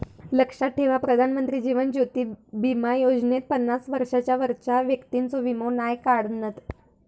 लक्षात ठेवा प्रधानमंत्री जीवन ज्योति बीमा योजनेत पन्नास वर्षांच्या वरच्या व्यक्तिंचो वीमो नाय काढणत